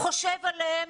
חושב עליהם?